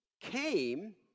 came